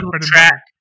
track